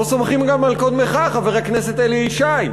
לא סומכים גם על קודמך, חבר הכנסת אלי ישי.